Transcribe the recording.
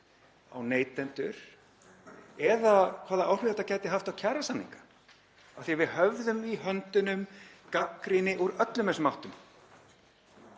á neytendur eða hvaða áhrif þetta gæti haft á kjarasamninga, af því að við höfðum í höndunum gagnrýni úr öllum þessum áttum.